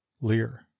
lear